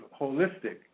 holistic